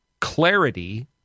clarity